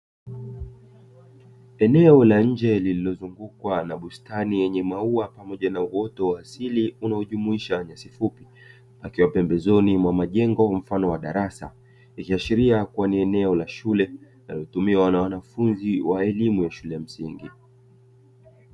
Eneo la nje lililozungukwa na bustani yenye maua pamoja na uoto wa asili unaojumuisha nyasi fupi, akiwa pembezoni mwa majengo mfano wa darasa, ikiashiria kuwa ni eneo la shule linalotumiwa wanafunzi wa elimu ya shule ya msingi.